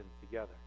together